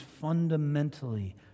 fundamentally